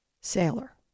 sailor